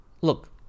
Look